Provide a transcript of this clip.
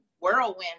whirlwind